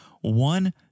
one